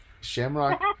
Shamrock